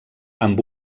amb